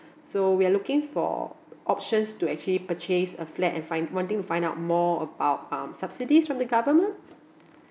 so we are looking for options to actually purchase a flat and find wanting to find out more about um subsidies from the government